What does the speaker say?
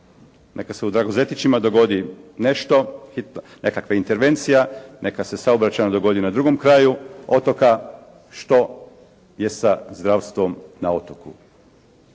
Neka se u Dragozetićima dogodi nešto, nekakva intervencija, neka se saobraćaj dogodi na drugom kraju otoka, što je sa zdravstvom na otoku?